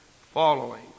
following